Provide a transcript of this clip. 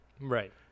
Right